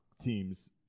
teams